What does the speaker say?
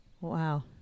Wow